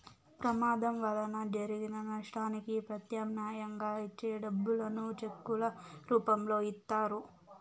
ప్రమాదం వలన జరిగిన నష్టానికి ప్రత్యామ్నాయంగా ఇచ్చే డబ్బులను చెక్కుల రూపంలో ఇత్తారు